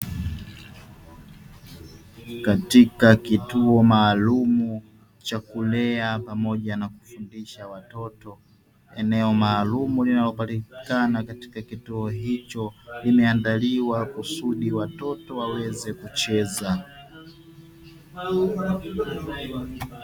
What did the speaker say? Katika kituo maalumu cha kulea pamoja na kufundisha watoto, eneo maalumu linalopatikana katika kituo hicho limeandaliwa kusudi watoto waweze kucheza.